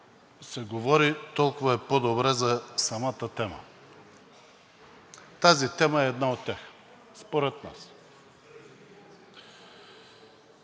се говори, толкова е по-добре за самата тема. Тази тема е една от тях – според нас.